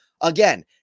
Again